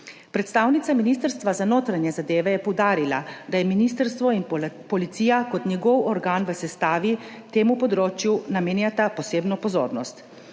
Predstavnica Ministrstva za notranje zadeve je poudarila, da je ministrstvo in policija kot njegov organ v sestavi temu področju namenjata posebno pozornost.